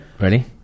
Ready